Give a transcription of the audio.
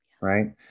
right